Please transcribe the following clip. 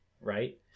right